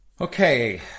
Okay